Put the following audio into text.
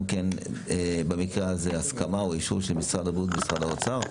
כן במקרה הזה הסכמה או אישור של משרד הבריאות ומשרד האוצר.